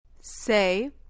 Say